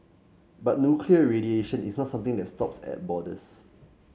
but nuclear radiation is not something that stops at borders